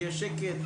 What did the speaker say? יהיה שקט,